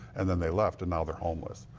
and then they left. and now they're homeless.